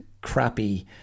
crappy